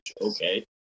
okay